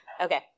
Okay